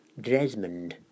dresmond